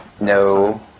No